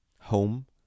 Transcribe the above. Home